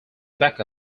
back